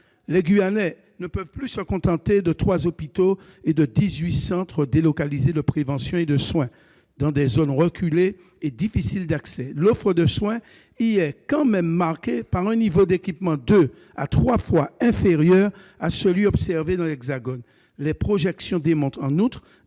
Les Guyanais ne peuvent plus se contenter de trois hôpitaux et de dix-huit centres délocalisés de prévention et de soins dans des zones reculées et difficiles d'accès. L'offre de soins y est marquée par un niveau d'équipement de deux à trois fois inférieur à celui observé dans l'Hexagone ! Les projections démontrent en outre